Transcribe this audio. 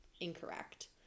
incorrect